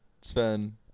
Sven